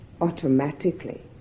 automatically